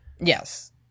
Yes